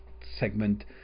segment